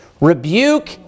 rebuke